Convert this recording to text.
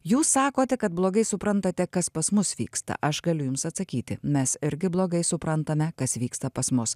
jūs sakote kad blogai suprantate kas pas mus vyksta aš galiu jums atsakyti mes irgi blogai suprantame kas vyksta pas mus